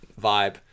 vibe